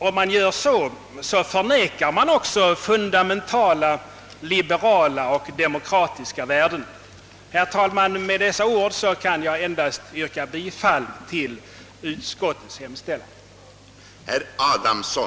Om han gör så, förnekar han fundamentala: liberala och demokratiska värden. s Herr talman! Med dessa ord yrkar jag bifall till: utskottets hemställan.